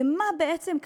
במה בעצם,